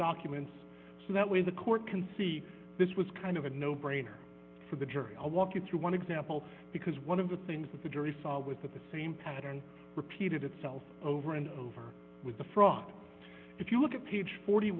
documents so that way the court can see this was kind of a no brainer for the jury to walk you through one example because one of the things that the jury saw with that the same pattern repeated itself over and over with the fraud if you look at page forty